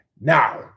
Now